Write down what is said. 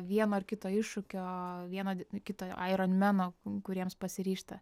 vieno ar kito iššūkio vieno kito aironmeno kuriems pasiryžta